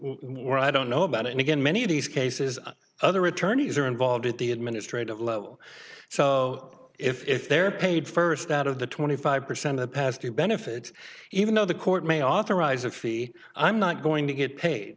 were i don't know about and again many of these cases other attorneys are involved at the administrative level so if they're paid first out of the twenty five percent of the past who benefits even though the court may authorize a fee i'm not going to get paid